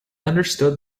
understood